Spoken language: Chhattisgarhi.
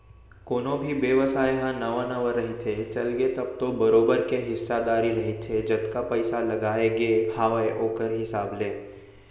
कोनो भी बेवसाय ह नवा नवा रहिथे, चलगे तब तो बरोबर के हिस्सादारी रहिथे जतका पइसा लगाय गे हावय ओखर हिसाब ले